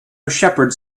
shepherds